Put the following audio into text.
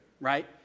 right